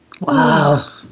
Wow